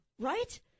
Right